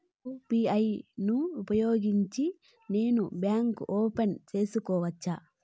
UPI ను ఉపయోగించి నేను బ్యాంకు ఓపెన్ సేసుకోవచ్చా?